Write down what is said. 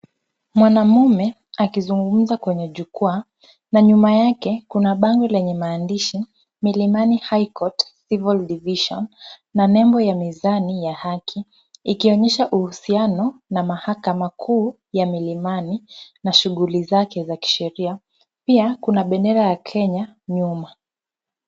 Mwanamume akizungumza kwenye jukwaa na nyuma yake kuna bango lenye maandishi Milimani High Court Civil Division na nembo ya mezani ya haki. Ikionyesha uhusiano na mahakama kuu ya Milimani na shughuli zake za kisheria. Pia kuna bendera ya Kenya nyuma.